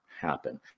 happen